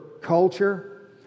culture